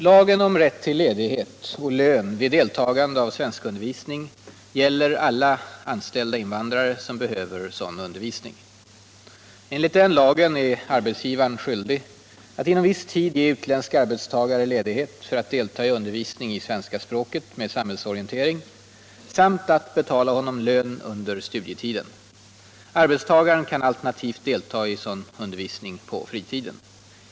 Lagen om rätt till ledighet och lön vid deltagande i svenskundervisning gäller alla anställda invandrare som behöver sådan undervisning. Enligt denna lag är arbetsgivaren skyldig att inom viss tid ge utländsk arbetstagare ledighet för att delta i undervisning i svenska språket med samhällsorientering samt att betala honom lön under studietiden. Arbetstagaren kan alternativt delta i sådan undervisning på fritiden.